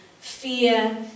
fear